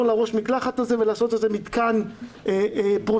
לראש המקלחת הזה ולעשות מתקן פרוביזורי.